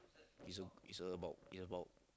is a is about it's about